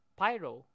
pyro